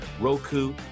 Roku